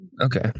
Okay